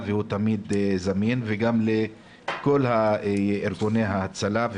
והוא תמיד זמין וגם לכל ארגוני ההצלה,